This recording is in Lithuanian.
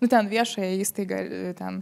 nu ten viešąją įstaigą ten